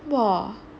!wah!